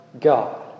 God